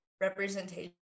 representation